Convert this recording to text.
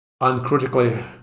uncritically